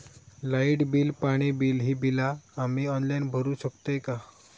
Light bill, पाणी bill, ही बिला आम्ही ऑनलाइन भरू शकतय का?